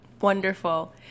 wonderful